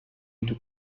into